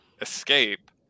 escape